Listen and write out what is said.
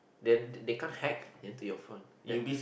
then they can't hack into your phone that